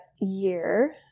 year